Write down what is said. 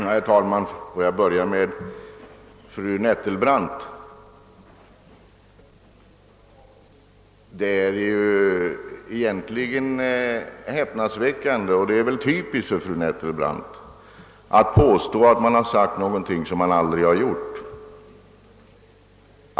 Herr talman! Får jag börja med fru Nettelbrandt. Det är ju egentligen häpnadsväckande att påstå — och det är väl typiskt för fru Nettelbrandt — att man har sagt någonting som man aldrig har sagt.